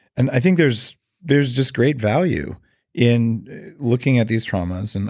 and i think there's there's just great value in looking at these traumas. and